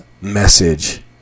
message